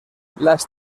las